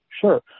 Sure